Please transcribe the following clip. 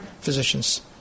physician's